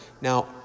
Now